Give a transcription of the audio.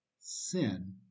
sin